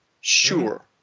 Sure